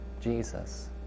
Jesus